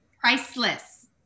priceless